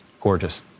gorgeous